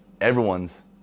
everyone's